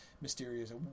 mysterious